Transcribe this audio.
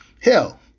Hell